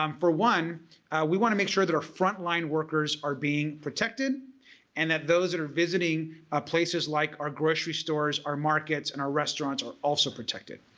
um for one we want to make sure that our front line workers are being protected and that those that are visiting ah places like our grocery stores, our markets, and our restaurants are also protected.